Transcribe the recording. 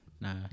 Nah